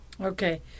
Okay